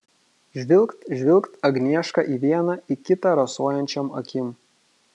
žvilgt žvilgt agnieška į vieną į kitą rasojančiom akim